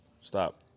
Stop